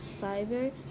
fiber